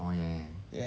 oh ya